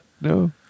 no